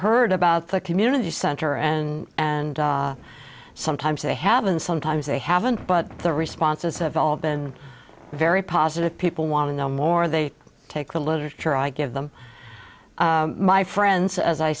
heard about the community center and and sometimes they have and sometimes they haven't but the responses have all been very positive people want to know more they take the literature i give them my friends as i